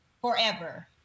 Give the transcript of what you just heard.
forever